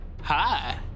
Hi